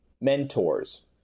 Mentors